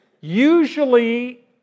Usually